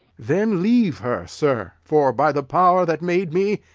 then leave her, sir for, by the pow'r that made me,